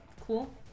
Cool